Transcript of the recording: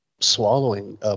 swallowing